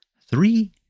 three